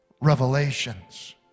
revelations